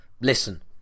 listen